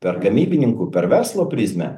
per gamybininkų per verslo prizmę